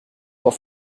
auf